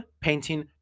painting